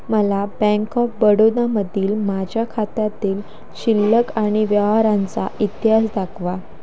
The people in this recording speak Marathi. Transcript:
मला बँक ऑफ बडोदामधील माझ्या खात्यातील शिल्लक आणि व्यवहारांचा इतिहास दाखवा